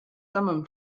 thummim